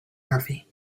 murphy